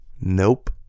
Nope